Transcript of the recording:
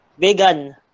Vegan